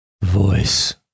voice